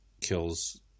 kills